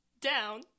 down